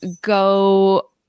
go